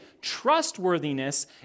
trustworthiness